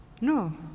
No